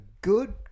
good